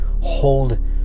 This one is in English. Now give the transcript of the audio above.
hold